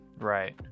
Right